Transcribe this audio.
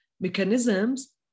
mechanisms